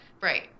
Right